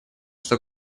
что